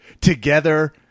together